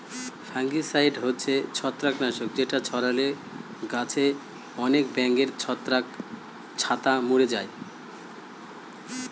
fungicide হচ্ছে ছত্রাক নাশক যেটা ছড়ালে গাছে আনেক ব্যাঙের ছাতা মোরে যায়